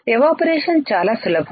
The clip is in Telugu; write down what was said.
ఎవాపరేషన్ చాలా సులభం